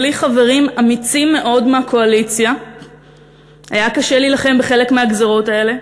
בלי חברים אמיצים מאוד מהקואליציה היה קשה להילחם בחלק מהגזירות האלה.